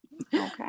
Okay